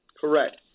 Correct